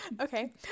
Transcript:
Okay